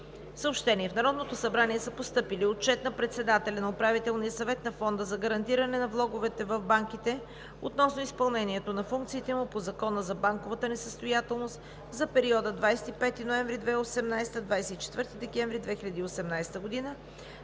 Съобщения. В Народното събрание са постъпили: - Отчет на председателя на Управителния съвет на Фонда за гарантиране на влоговете в банките относно изпълнението на функциите му по Закона за банковата несъстоятелност за периода 25 ноември 2018 г. – 24 декември 2018 г. и